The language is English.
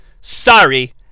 Sorry